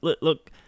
look –